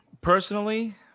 Personally